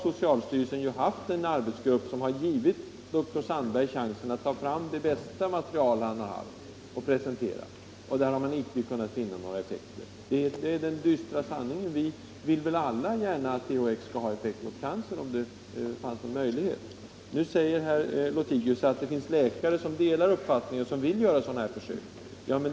Socialstyrelsen har haft en arbetsgrupp som givit dr Sandberg chansen att presentera det bästa material han har haft, men där har man inte kunnat finna några effekter. Det är den dystra sanningen. Vi önskar väl alla att THX kunde ha effekt på cancer, om det fanns någon möjlighet. Nu säger herr Lothigius att det finns läkare som vill göra sådana försök.